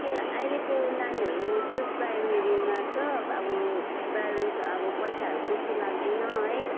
के अहिलेको नानीहरू प्री प्राइमेरीमा त अब ब्यालेन्स अब पैसाहरू बेसी लाग्दैन है